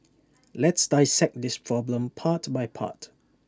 let's dissect this problem part by part